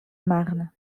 marne